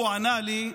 הוא ענה לי: